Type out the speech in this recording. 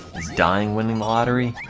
is dying winning the lottery?